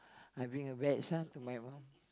I'm being a bad son to my mum